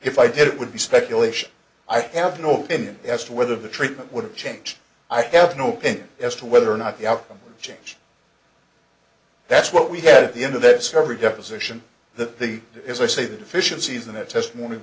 if i did it would be speculation i have no open as to whether the treatment would change i have no opinion as to whether or not the outcome change that's what we had at the end of the discovery deposition that the as i say the deficiencies in that testimony